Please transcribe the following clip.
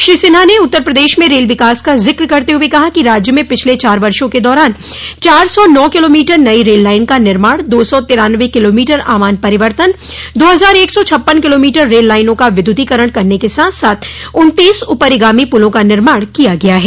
श्री सिन्हा ने उत्तर प्रदेश में रेल विकास का ज़िक्र करते हए कहा कि राज्य में पिछले चार वर्षो के दौरान चार सौ नौ किलोमीटर नई रेल लाइन का निर्माण दो सौ तिरान्नवे किलोमीटर आमान परिवर्तन दो हजार एक सौ छप्पन किलोमीटर रेल लाइनों का विद्युतीकरण करने के साथ साथ उन्तीस उपरिगामी पुलों का निर्माण किया गया है